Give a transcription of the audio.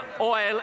oil